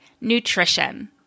nutrition